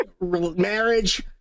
marriage